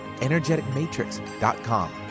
energeticmatrix.com